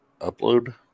Upload